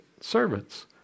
servants